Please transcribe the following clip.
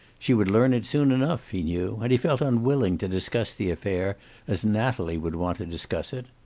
she would learn it soon enough, he knew, and he felt unwilling to discuss the affair as natalie would want to discuss it.